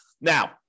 Now